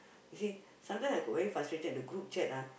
you see sometime I got very frustrated in group chat ah